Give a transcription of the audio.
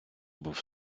був